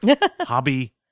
hobby